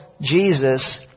Jesus